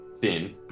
thin